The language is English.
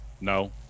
No